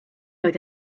oedd